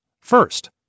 First